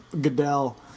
Goodell